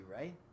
right